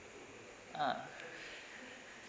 ah